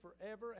forever